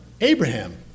Abraham